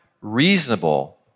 reasonable